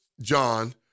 John